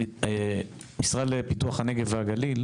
בזמנו כינסנו במשרד לפיתוח הנגב והגליל